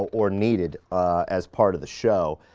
or needed as part of the show.